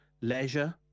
leisure